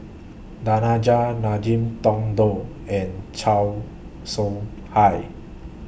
Danaraj Ngiam Tong Dow and Chan Soh Hai